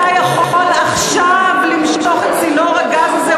אתה יכול עכשיו למשוך את צינור הגז הזה,